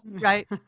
right